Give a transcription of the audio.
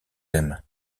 aime